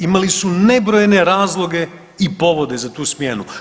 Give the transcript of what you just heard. Imali su nebrojene razloge i povode za tu smjenu.